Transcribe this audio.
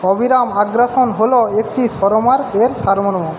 অবিরাম আগ্রাসন হলো একটি স্বরমার এর সারমর্ম